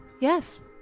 yes